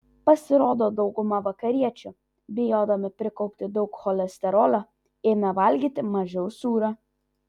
pasirodo dauguma vakariečių bijodami prikaupti daug cholesterolio ėmė valgyti mažiau sūrio